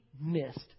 missed